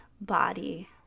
body